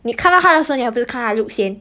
你看到她的时候你还不是看她 looks 先